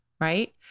right